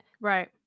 right